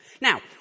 Now